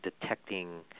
detecting